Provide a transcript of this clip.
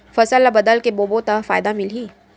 फसल ल बदल के बोबो त फ़ायदा मिलही?